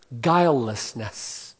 guilelessness